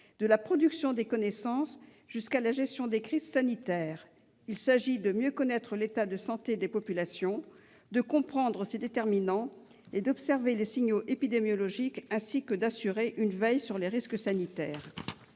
de la production des connaissances jusqu'à la gestion des crises sanitaires. Il s'agit de mieux connaître l'état de santé des populations, de comprendre ses déterminants et d'observer les signaux épidémiologiques, ainsi que d'assurer une veille sur les risques sanitaires.